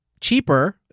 cheaper